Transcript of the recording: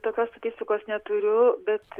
tokios statistikos neturiu bet